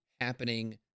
happening